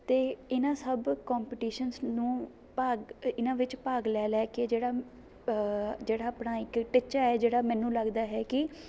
ਅਤੇ ਇਹਨਾਂ ਸਭ ਕੋਂਪੀਟੀਸ਼ਨਸ ਨੂੰ ਭਾਗ ਇ ਇਹਨਾਂ ਵਿੱਚ ਭਾਗ ਲੈ ਲੈ ਕੇ ਜਿਹੜਾ ਜਿਹੜਾ ਆਪਣਾ ਇੱਕ ਟਿੱਚਾ ਹੈ ਜਿਹੜਾ ਮੈਨੂੰ ਲੱਗਦਾ ਹੈ ਕਿ